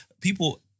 People